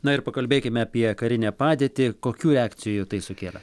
na ir pakalbėkime apie karinę padėtį kokių reakcijų tai sukėlė